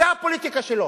זו הפוליטיקה שלו.